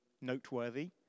noteworthy